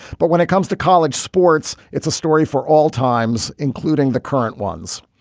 but when it comes to college sports, it's a story for all times, including the current ones.